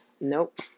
nope